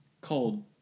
cold